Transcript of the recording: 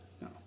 No